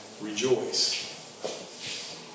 rejoice